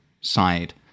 side